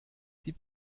die